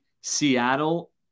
Seattle